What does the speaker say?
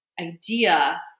idea